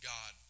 God